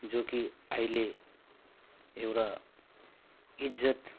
जो कि अहिले एउटा इज्जत